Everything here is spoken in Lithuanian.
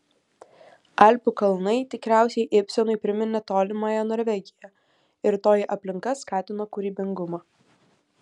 alpių kalnai tikriausiai ibsenui priminė tolimąją norvegiją ir toji aplinka skatino kūrybingumą